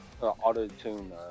auto-tune